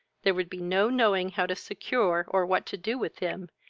there would be no knowing how to secure, or what to do with him,